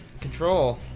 Control